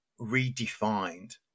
redefined